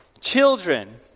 Children